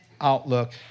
outlook